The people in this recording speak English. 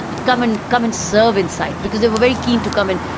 ah come and come and serve inside, because they were very keen to come and.